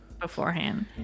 beforehand